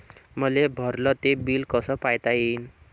मले भरल ते बिल कस पायता येईन?